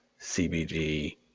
CBD